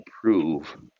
prove